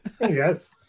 Yes